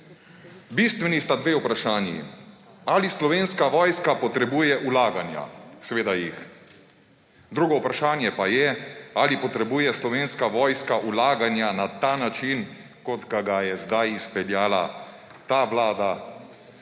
Bistveni sta dve vprašanji. Ali Slovenska vojska potrebuje vlaganja? Seveda jih. Drugo vprašanje pa je, ali potrebuje Slovenska vojska vlaganja na ta način, kot ga je zdaj izpeljala ta vlada